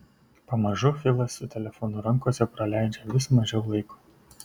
pamažu filas su telefonu rankose praleidžia vis mažiau laiko